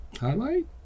Highlight